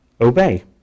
obey